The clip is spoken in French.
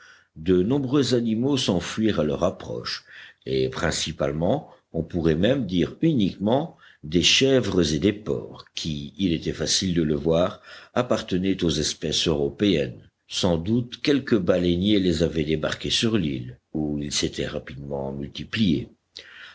de nombreux animaux s'enfuirent à leur approche et principalement on pourrait même dire uniquement des chèvres et des porcs qui il était facile de le voir appartenaient aux espèces européennes sans doute quelque baleinier les avait débarqués sur l'île où ils s'étaient rapidement multipliés